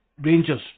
Rangers